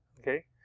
Okay